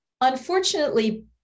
Unfortunately